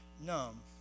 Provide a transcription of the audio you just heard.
numb